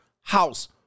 house